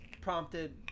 prompted